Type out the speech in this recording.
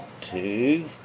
two